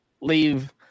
leave